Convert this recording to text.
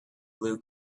blue